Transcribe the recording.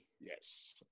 Yes